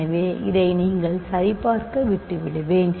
எனவே இதை நீங்கள் சரிபார்க்க விட்டுவிடுவேன்